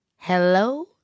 hello